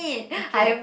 okay